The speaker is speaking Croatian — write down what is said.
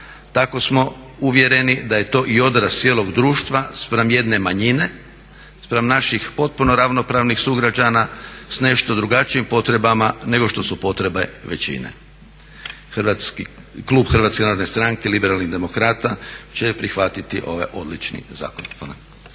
tako smo uvjereni da je to i odraz cijelog društva spram jedne manjine, spram naših potpuno ravnopravnih sugrađana, s nešto drugačijim potrebama nego što su potrebe većine. Klub Hrvatske narodne stranke-Liberalnih demokrata će prihvatiti ovaj odlični zakon.